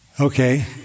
Okay